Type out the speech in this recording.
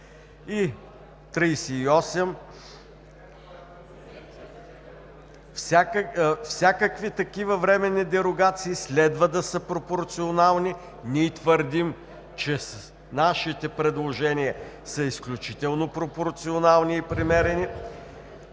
38: „Всякакви такива временни дерогации следва да са пропорционални.“ Ние твърдим, че нашите предложения са изключително пропорционални и премерени,